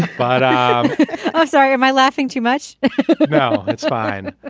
but i'm sorry am i laughing too much no that's fine. but